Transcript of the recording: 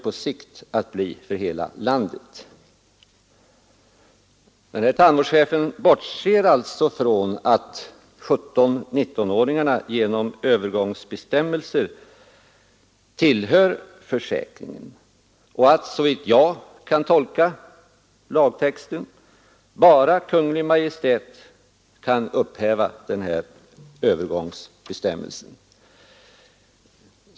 .” Denne tandvårdschef bortser alltså från att 17—19-åringarna genom övergångsbestämmelse tillhör tandvårdsförsäkringen och att, såvitt jag kan tolka lagtexten, endast Kungl. Maj:t kan upphäva denna övergångsbestämmelse.